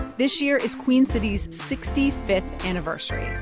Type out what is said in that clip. this year is queen city's sixty fifth anniversary.